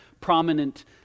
prominent